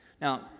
Now